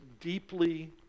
deeply